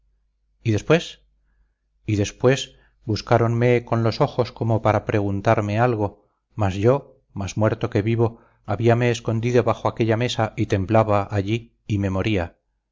y después y después buscáronme con los ojos como para preguntarme algo mas yo más muerto que vivo habíame escondido bajo aquella mesa y temblaba allí y me moría